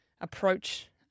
approach